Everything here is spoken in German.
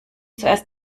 zuerst